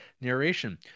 narration